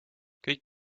kõik